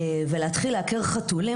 ולהתחיל לעקר חתולים.